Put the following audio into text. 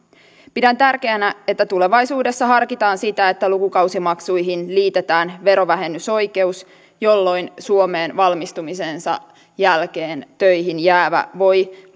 pidän tärkeänä että tulevaisuudessa harkitaan sitä että lukukausimaksuihin liitetään verovähennysoikeus jolloin suomeen valmistumisensa jälkeen töihin jäävä voi